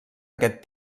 aquest